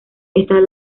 estas